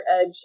edge